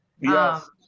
yes